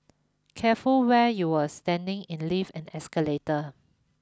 careful where you're standing in lift and escalator